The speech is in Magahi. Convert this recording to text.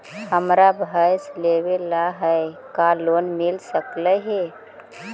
हमरा भैस लेबे ल है का लोन मिल सकले हे?